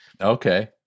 Okay